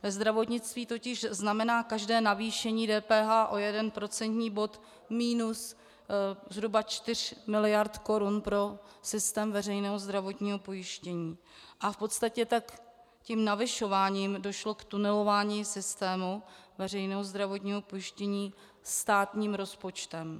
Ve zdravotnictví totiž znamená každé zvýšení DPH o jeden procentní bod zhruba minus 4 mld. korun pro systém veřejného zdravotního pojištění a v podstatě tak tím zvyšováním došlo k tunelování systému veřejného zdravotního pojištění státním rozpočtem.